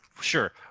Sure